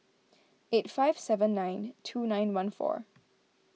eight five seven nine two nine one four